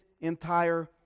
entire